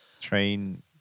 Train